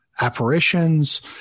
apparitions